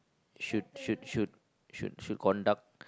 should should should should should conduct